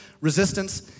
resistance